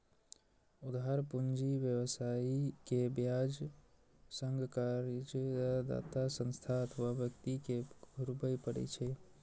उधार पूंजी व्यवसायी कें ब्याज संग कर्जदाता संस्था अथवा व्यक्ति कें घुरबय पड़ै छै